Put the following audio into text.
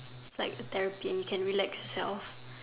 like therapy you can relax yourself